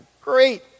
great